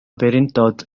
bererindod